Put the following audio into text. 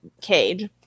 cage